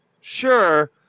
Sure